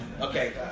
Okay